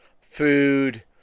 food